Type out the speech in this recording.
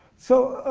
so,